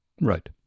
Right